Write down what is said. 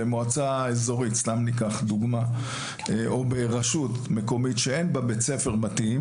אם במועצה אזורית או רשות מקומית אין בית ספר מתאים